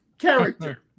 character